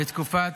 לא.